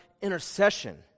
intercession